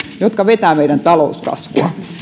jotka vetävät meidän talouskasvua